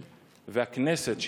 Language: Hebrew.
והכנסת,